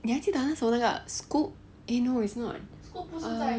你还记得那时候那个 scoop eh no it's not